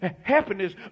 happiness